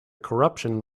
corruption